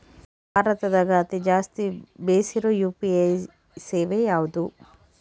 ಭಾರತದಗ ಅತಿ ಜಾಸ್ತಿ ಬೆಸಿರೊ ಯು.ಪಿ.ಐ ಸೇವೆ ಯಾವ್ದು?